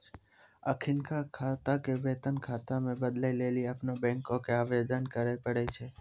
अखिनका खाता के वेतन खाता मे बदलै लेली अपनो बैंको के आवेदन करे पड़ै छै